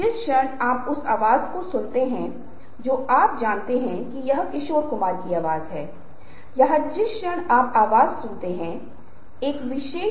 अब अगर आप वहां पर चुप रहते हैं तो आप हार जाते हैं इसलिए आपको संघर्ष करना होगा आपको लड़ना होगा आप को आक्रामक होना चाहिए